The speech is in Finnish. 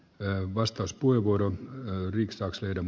eun vastauspuheenvuorot risikolta